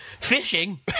fishing